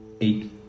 eight